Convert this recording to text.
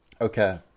Okay